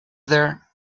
there